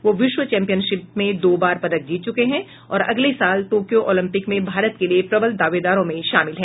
वह विश्व चैम्पियनशिप में दो बार पदक जीत चुके हैं और अगले साल तोक्यो ओलंपिक में भारत के लिये प्रबल दावेदारों में शामिल हैं